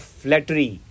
flattery